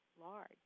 large